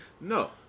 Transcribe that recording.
No